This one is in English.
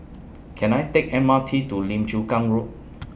Can I Take M R T to Lim Chu Kang Road